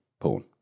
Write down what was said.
porn